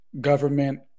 government